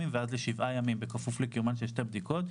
ואז לשבעה ימים בכפוף לקיומן של שתי בדיקות.